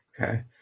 okay